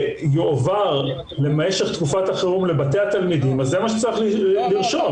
יועבר למשך תקופת החירום לבתי התלמידים אז זה מה שצריך לכתוב.